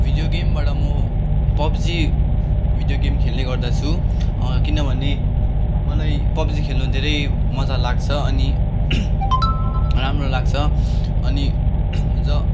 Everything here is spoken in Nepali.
भिडियो गेमबाट म पब्जी भिडियो गेम खेल्ने गर्दछु किनभने मलाई पब्जी खेल्नु धेरै मज्जा लाग्छ अनि राम्रो लाग्छ अनि ज